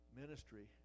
ministry